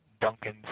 Duncan